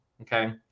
okay